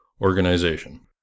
organization